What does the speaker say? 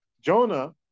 jonah